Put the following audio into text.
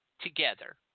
together